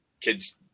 kids